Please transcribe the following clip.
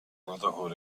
brotherhood